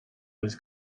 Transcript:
was